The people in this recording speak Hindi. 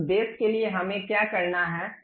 उस उद्देश्य के लिए हमें क्या करना है